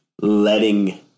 letting